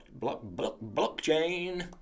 blockchain